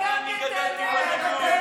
לא היית בנאומים האחרונים שלי.